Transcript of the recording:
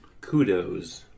kudos